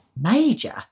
Major